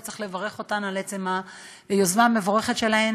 וצריך לברך אותן על עצם היוזמה המבורכת שלהן,